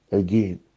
again